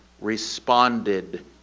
responded